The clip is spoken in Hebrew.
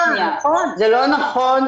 זה לא נכון.